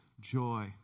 joy